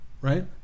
right